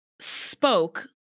spoke